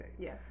Yes